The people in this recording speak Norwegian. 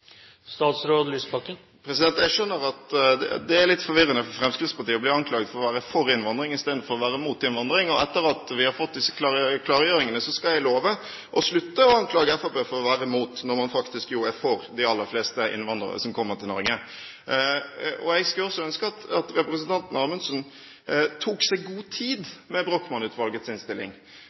Jeg skjønner at det er litt forvirrende for Fremskrittspartiet å bli anklaget for å være for innvandring istedenfor å være mot innvandring, og etter at vi har fått disse klargjøringene, skal jeg love å slutte å anklage Fremskrittspartiet for å være imot når man faktisk er for de aller fleste innvandrere som kommer til Norge. Jeg skulle også ønske at representanten Amundsen tok seg god tid med Brochmann-utvalgets innstilling,